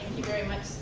very much.